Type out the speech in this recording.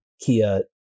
Kia